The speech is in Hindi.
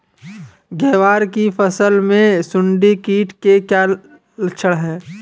ग्वार की फसल में सुंडी कीट के क्या लक्षण है?